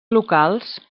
locals